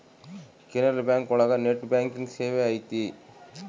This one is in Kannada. ಕೆನರಾ ಬ್ಯಾಂಕ್ ಒಳಗ ನೆಟ್ ಬ್ಯಾಂಕಿಂಗ್ ಸೇವೆ ಐತಿ